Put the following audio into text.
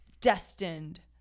destined